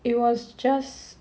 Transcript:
it was just